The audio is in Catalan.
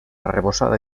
arrebossada